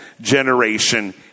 generation